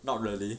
not really